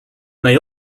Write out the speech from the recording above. may